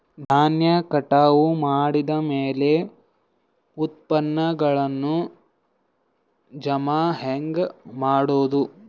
ಧಾನ್ಯ ಕಟಾವು ಮಾಡಿದ ಮ್ಯಾಲೆ ಉತ್ಪನ್ನಗಳನ್ನು ಜಮಾ ಹೆಂಗ ಮಾಡೋದು?